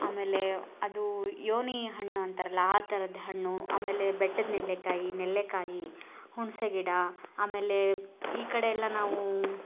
ಆಮೇಲೆ ಅದು ಯೋನಿ ಹಣ್ಣು ಅಂತಾರಲ್ಲ ಆ ಥರದ ಹಣ್ಣು ಆಮೇಲೆ ಬೆಟ್ಟದ ನೆಲ್ಲೆಕಾಯಿ ನೆಲ್ಲಿಕಾಯಿ ಹುಣಸೇ ಗಿಡ ಆಮೇಲೆ ಈ ಕಡೆ ಎಲ್ಲ ನಾವು